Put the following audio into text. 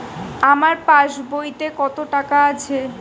আমার পাস বইতে কত টাকা আছে?